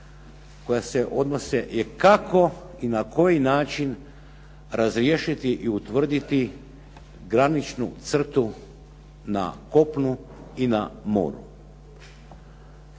koja se odnose je kako i na koji način razriješiti i utvrditi graničnu crtu na kopnu i na moru.